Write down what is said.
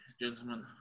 gentlemen